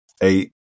eight